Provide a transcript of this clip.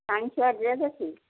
ସାଇଁସିଆ dress ଅଛି